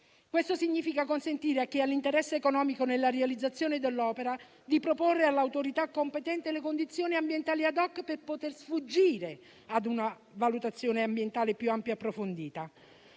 Questo significa consentire a chi ha l'interesse economico alla realizzazione dell'opera di proporre all'autorità competente le condizioni ambientali *ad hoc* per poter sfuggire ad una valutazione ambientale più ampia e approfondita.